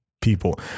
people